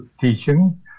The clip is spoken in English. teaching